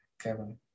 Kevin